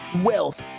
wealth